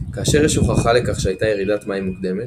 כאשר יש הוכחה לכך שהייתה ירידת מים מוקדמת,